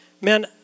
man